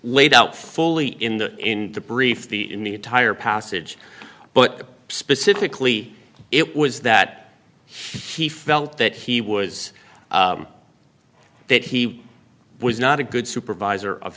laid out fully in the in the brief the in the entire passage but specifically it was that he felt that he was that he was not a good supervisor of